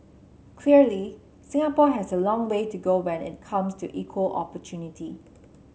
clearly Singapore has a long way to go when it comes to equal opportunity